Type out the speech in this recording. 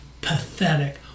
pathetic